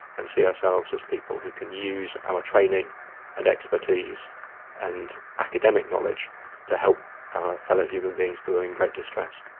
and see ourselves as people who can use our training and expertise and academic knowledge to help our fellow human beings who are in great distress.